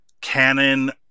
canon